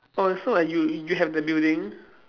oh so like you you have the building